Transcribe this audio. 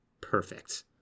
Perfect